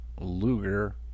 Luger